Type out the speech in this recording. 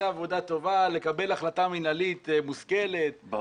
עבודה טובה לקבל החלטה מינהלית מושכלת,